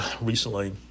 recently